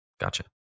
gotcha